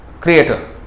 Creator